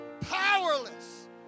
powerless